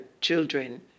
children